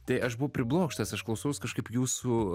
tai aš buvau priblokštas aš klausaus kažkaip jūsų